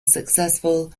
successful